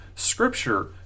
Scripture